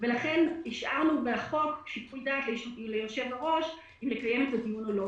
ולכן השארנו בחוק שיקול דעת ליושב-הראש אם לקיים את הדיון או לא.